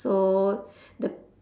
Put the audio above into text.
so the